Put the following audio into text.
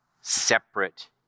separate